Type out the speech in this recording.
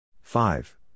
Five